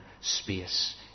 space